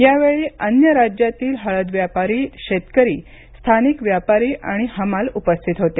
यावेळी अन्य राज्यातील हळद व्यापारी शेतकरी स्थानिक व्यापारी आणि हमाल उपस्थित होते